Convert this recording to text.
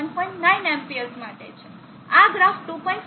9 Amps માટે છે આ ગ્રાફ 2